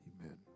Amen